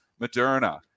Moderna